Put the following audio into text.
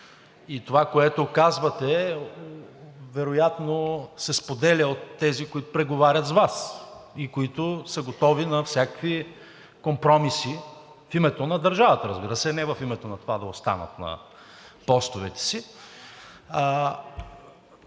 и това, което казвате, вероятно се споделя от тези, които преговарят с Вас и които са готови на всякакви компромиси в името на държавата, разбира се, не в името на това да останат на постовете си.